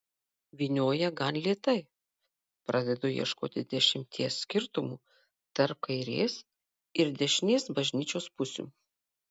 vynioja gan lėtai pradedu ieškoti dešimties skirtumų tarp kairės ir dešinės bažnyčios pusių